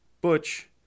Butch